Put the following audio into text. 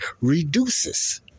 reduces